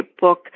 book